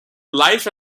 life